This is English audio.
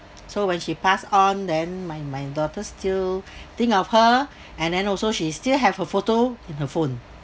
so when she passed on then my my daughter still think of her and then also she still have a photo in her phone